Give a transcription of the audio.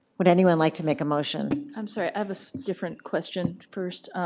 would anyone like to make a motion? i'm sorry, i have a different question first.